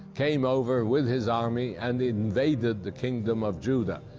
came over with his army and invaded the kingdom of judah.